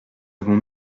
avons